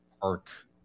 Park